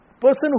person